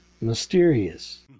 mysterious